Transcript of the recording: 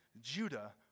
Judah